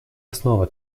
основа